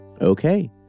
Okay